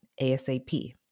ASAP